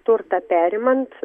turtą perimant